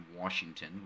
Washington